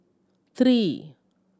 three